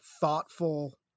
thoughtful